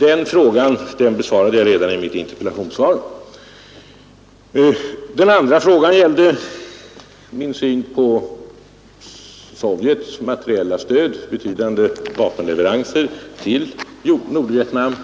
Den frågan besvarade jag redan i mitt interpellationssvar. Den andra frågan gällde min syn på Sovjets materiella stöd med betydande vapenleveranser till Nordvietnam.